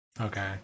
Okay